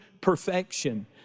perfection